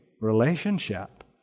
relationship